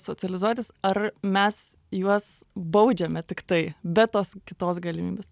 socializuotis ar mes juos baudžiame tiktai be tos kitos galimybės